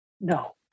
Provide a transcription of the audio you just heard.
No